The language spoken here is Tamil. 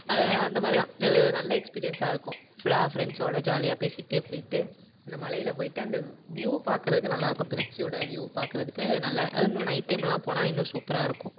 அது அந்த மாதிரி தான் அது ஒரு நல்ல எக்ஸ்பீரியன்ஸாக இருக்கும் ஃபுல்லாக ஃப்ரெண்ட்ஸோடு ஜாலியாக பேசிக்கிட்டே போய்ட்டு அந்த மலையில் போய்ட்டு அந்த வியூ பார்க்கறதுக்கு நல்லாயிருக்கும் திருச்சியோடய வியூ பார்க்கறதுக்கு நல்ல அதுவும் நம்ம நைட் டைம்லாம் போனால் இன்னும் சூப்பராக இருக்கும்